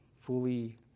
fully